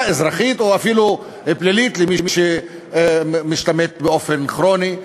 אזרחית או אפילו פלילית למי שמשתמט באופן כרוני,